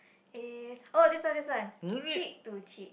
eh oh this one this one cheek to cheek